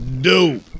dope